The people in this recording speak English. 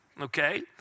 okay